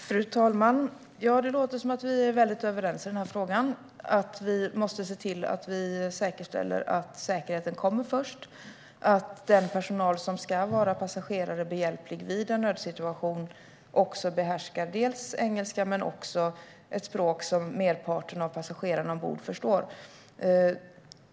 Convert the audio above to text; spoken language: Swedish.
Fru talman! Det låter som att vi är väldigt överens i den här frågan. Vi måste se till att vi säkerställer att säkerheten kommer först. Den personal som ska vara passagerarbehjälplig vid en nödsituation ska behärska engelska men också ett språk som merparten av passagerarna ombord förstår.